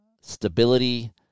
stability